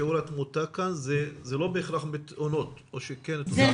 שיעור התמותה כאן הוא לא בהכרח מתאונות או שזה רק מתאונות?